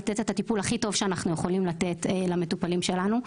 חווים בבואנו לתת הטיפול הכי טוב שאנחנו יכולים לתת למטופלים שלנו.